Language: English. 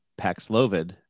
Paxlovid